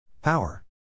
Power